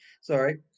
Sorry